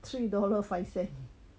three dollar five cent